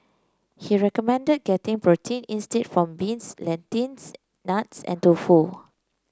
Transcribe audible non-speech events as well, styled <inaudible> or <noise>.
he recommended getting protein instead from beans <unintelligible> nuts and tofu